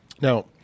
Now